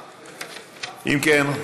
אם כן,